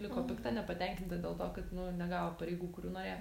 liko pikta nepatenkinta dėl to kad nu negavo pareigų kurių norėjo